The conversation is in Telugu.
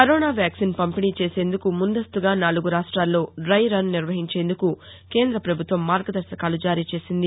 కరోనా వ్యాక్సిన్ పంపిణీచేసేందుకు ముందస్తుగా నాలుగు రాష్ట్రాల్లో డై రన్ నిర్వహించేందుకు కేంద్ర ప్రభుత్వం మార్గదర్శకాలు జారీ చేసింది